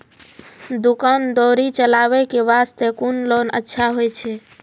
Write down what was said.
दुकान दौरी चलाबे के बास्ते कुन लोन अच्छा होय छै?